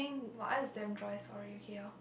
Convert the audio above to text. what I is damn dry sorry okay lor